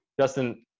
Justin